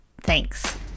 Thanks